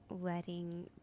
letting